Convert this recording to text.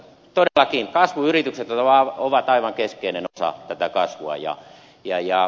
todellakin kasvuyritykset ovat aivan keskeinen osa tätä kasvua